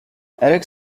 eric